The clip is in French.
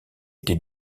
été